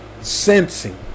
sensing